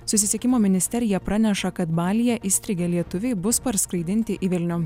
susisiekimo ministerija praneša kad balyje įstrigę lietuviai bus parskraidinti į vilnių